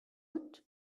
out